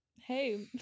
Hey